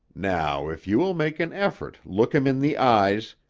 now, if you will make an effort, look him in the eyes,